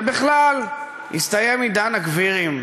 ובכלל, הסתיים עידן הגבירים.